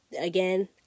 again